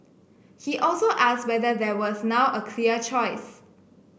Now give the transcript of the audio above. he also asked whether there was now a clear choice